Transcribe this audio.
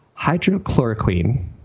hydrochloroquine